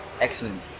excellent